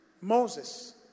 Moses